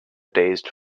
dazed